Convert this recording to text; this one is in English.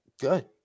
Good